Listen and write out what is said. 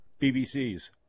BBCs